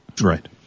Right